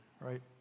right